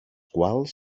quals